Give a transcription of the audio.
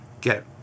get